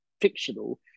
fictional